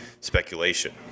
speculation